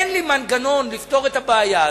אין לי מנגנון לפתור את הבעיה הזאת.